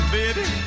baby